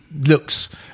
looks